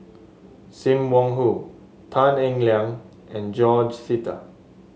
Sim Wong Hoo Tan Eng Liang and George Sita